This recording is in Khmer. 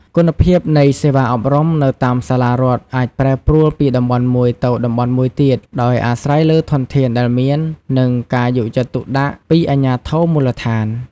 គុណភាពនៃសេវាអប់រំនៅតាមសាលារដ្ឋអាចប្រែប្រួលពីតំបន់មួយទៅតំបន់មួយទៀត ដោយអាស្រ័យលើធនធានដែលមាន និងការយកចិត្តទុកដាក់ពីអាជ្ញាធរមូលដ្ឋាន។